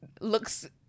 looks